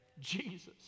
Jesus